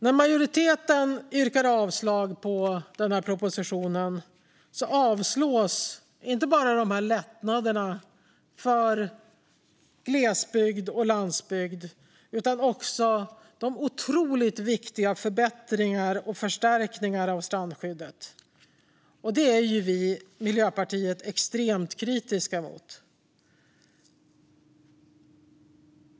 När majoriteten yrkar avslag på propositionen avslås inte bara lättnaderna för glesbygd och landsbygd utan också de otroligt viktiga förbättringarna och förstärkningarna av strandskyddet. Det är Miljöpartiet extremt kritiska mot.